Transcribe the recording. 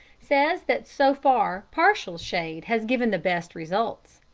says that so far partial shade has given the best results.